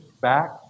back